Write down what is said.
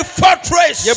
fortress